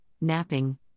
napping